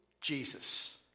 Jesus